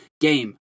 game